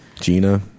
gina